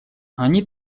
они